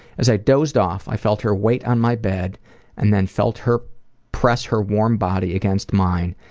as i dozed off, i felt her weight on my bed and then felt her press her warm body against mine.